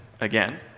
again